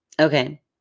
okay